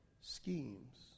schemes